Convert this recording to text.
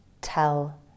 tell